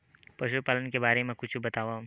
पशुपालन के बारे मा कुछु बतावव?